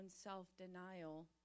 self-denial